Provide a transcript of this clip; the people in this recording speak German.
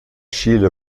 chile